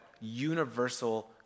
universal